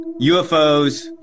ufos